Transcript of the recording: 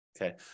okay